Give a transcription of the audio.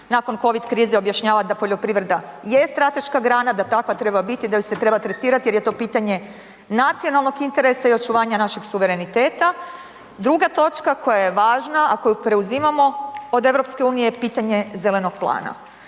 nakon COVID krize objašnjavati da poljoprivreda je strateška grana, da takva treba biti, da ju se treba tretirati jer je to pitanje nacionalnog interesa i očuvanja našeg suvereniteta. Druga točka koja je važna a koju preuzimamo od EU-a je pitanje zelenog plana